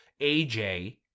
AJ